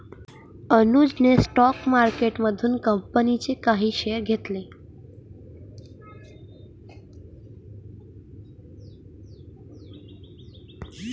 अनुजने स्टॉक मार्केटमधून कंपनीचे काही शेअर्स घेतले